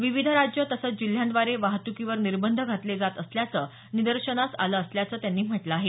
विविध राज्यं तसंच जिल्ह्यांद्वारे वाहत्कीवर निर्बंध घातले जात असल्याचं निदर्शनास आलं असल्याचं त्यांनी म्हटलं आहे